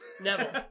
Neville